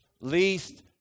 least